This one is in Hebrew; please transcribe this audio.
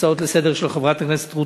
הצעות לסדר-היום של חברת הכנסת רות